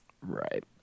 Right